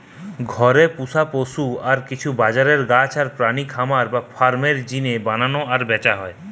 ঘরে পুশা পশু আর কিছু বাজারের গাছ আর প্রাণী খামার বা ফার্ম এর জিনে বানানা আর ব্যাচা হয়